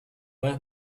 vez